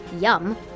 yum